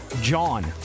John